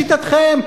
לשיטתכם,